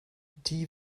die